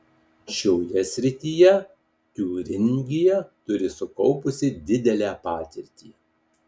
šioje srityje tiūringija turi sukaupusi didelę patirtį